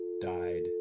died